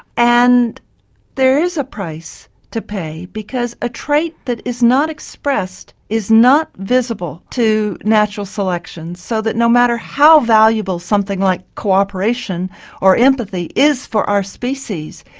and there is a price to pay, because a trait that is not expressed is not visible to natural selection, so that no matter how valuable something like cooperation or empathy is for our species,